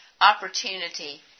opportunity